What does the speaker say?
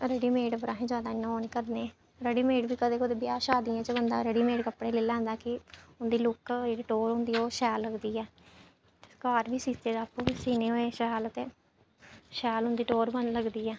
ready made पर अहें जैदा इ'यां ओह् निं करनें रेडी मेड बी कदें कितै ब्याह् शादियें च बंदा रेडी मेड कपड़े लेई लैंदा कि उं'दी लुक्क उं'दी जेह्ड़ी टौह्र होंदी ओह् शैल लगदी ऐ ते घर बी सीते दा आपूं बी सीने होऐ शैल ते शैल उं'दी टौह्र बन लगदी ऐ